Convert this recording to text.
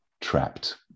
trapped